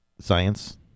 Science